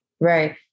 Right